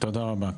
תודה רבה.